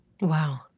Wow